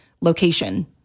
location